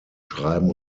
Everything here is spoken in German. schreiben